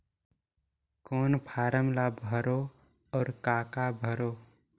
कौन फारम ला भरो और काका भरो?